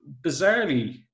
bizarrely